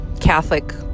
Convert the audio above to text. Catholic